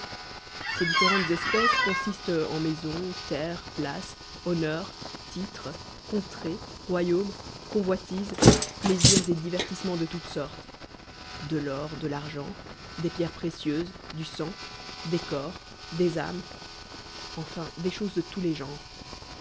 ces différentes espèces consistent en maisons terres places honneurs titres coutrées rbyaumes convoitises plaisirs et divertissements de touteswrle de l'or de lal gtnt des pierres prétieuses du sang des corps des âmes enfin des choses de tous les genres